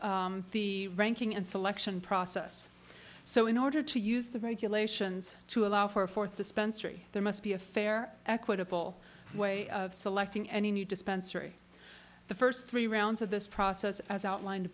the ranking and selection process so in order to use the regulations to allow for a fourth dispensary there must be a fair equitable way of selecting any new dispensary the first three rounds of this process as outlined